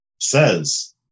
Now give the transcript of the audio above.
says